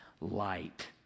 light